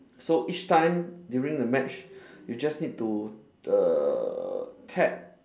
so each time during the match you just need to err tap